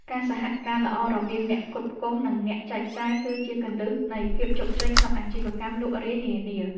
ការសហការល្អរវាងអ្នកផ្គត់ផ្គង់និងអ្នកចែកចាយ គឺជាគន្លឹះនៃភាពជោគជ័យក្នុងអាជីវកម្មលក់រាយនានា។